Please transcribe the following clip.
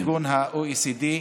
שפרסם ה-OECD,